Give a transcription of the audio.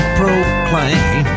proclaim